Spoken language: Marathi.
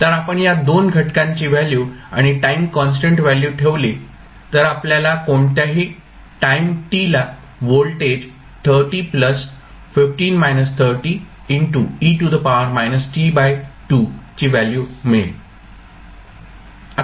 तर आपण या 2 घटकांची व्हॅल्यू आणि टाईम कॉन्स्टंट व्हॅल्यू ठेवली तर आपल्याला कोणत्याही टाईम t ला व्होल्टेज ची व्हॅल्यू मिळेल